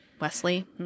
Wesley